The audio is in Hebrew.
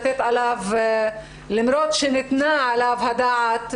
למרות שניתנה עליו הדעת,